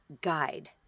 guide